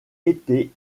été